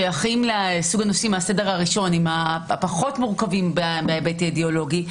שייכים לסוג הנושאים מהסדר הראשון הפחות מורכבים בהיבט האידיאולוגי,